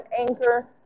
Anchor